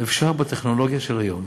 אפשר בטכנולוגיה של היום